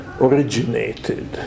originated